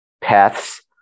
paths